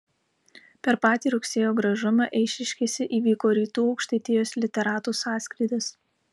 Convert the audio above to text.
per patį rugsėjo gražumą eišiškėse įvyko rytų aukštaitijos literatų sąskrydis